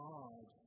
God